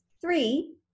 Three